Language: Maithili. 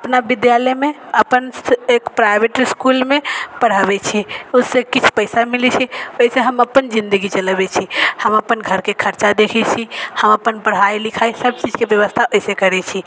अपना विद्यालयमे अपन एक प्राइवेट इसकुलमे पढ़ाबै छी ओहिसँ किछु पैसा मिलै छै ओहिसँ हम अपन जिनगी चलबै छी हम अपन घरके खर्चा देखै छी हम अपन पढ़ाइ लिखाइ सब चीजके बेबस्था ओहिसँ करै छी